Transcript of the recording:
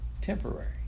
temporary